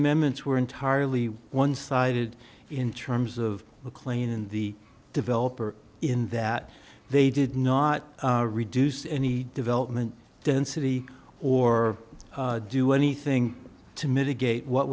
amendments were entirely one sided in terms of maclean and the developer in that they did not reduce any development density or do anything to mitigate what